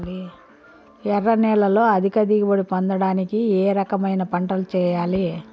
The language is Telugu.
ఎర్ర నేలలో అధిక దిగుబడి పొందడానికి ఏ రకమైన పంటలు చేయాలి?